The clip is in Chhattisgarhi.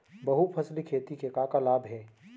बहुफसली खेती के का का लाभ हे?